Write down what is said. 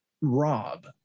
Rob